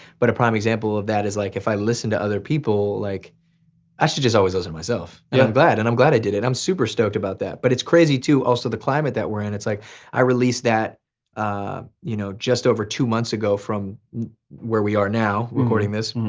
but a prime example of that is like if i listen to other people, like i should just always listen to myself. yeah and but and i'm glad i did it and i'm super stoked about that. but it's crazy too also the climate that were in. it's like i release that ah you know just over two months ago from where we are now, recording this.